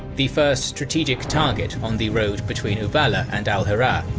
the first strategic target on the road between uballa and al-hirah.